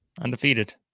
undefeated